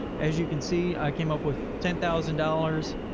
as you can see, i came up with ten thousand dollars,